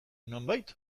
nonbait